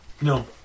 No